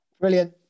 Brilliant